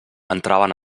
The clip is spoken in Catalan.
entraven